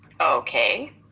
okay